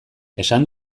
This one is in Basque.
esan